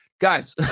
guys